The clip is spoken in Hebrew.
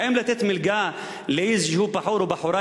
האם לתת מלגה לאיזה בחור או בחורה,